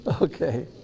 Okay